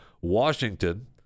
Washington